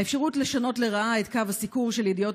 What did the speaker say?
האפשרות לשנות לרעה את קו הסיקור של ידיעות